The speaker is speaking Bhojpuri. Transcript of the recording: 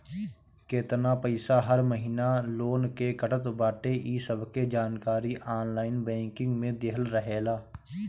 केतना पईसा हर महिना लोन के कटत बाटे इ सबके जानकारी ऑनलाइन बैंकिंग में देहल रहेला